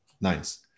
Nice